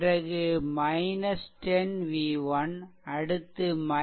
பிறகு 10 v1 அடுத்து 30 0